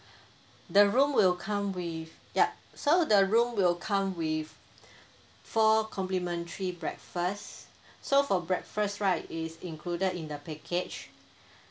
the room will come with yup so the room will come with four complementary breakfast so for breakfast right is included in the package